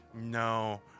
No